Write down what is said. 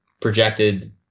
projected